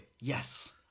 Yes